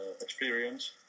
experience